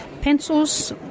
pencils